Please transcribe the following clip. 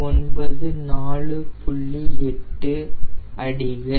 8 அடிகள்